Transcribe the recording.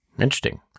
Interesting